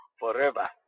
forever